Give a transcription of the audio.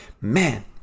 man